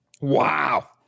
Wow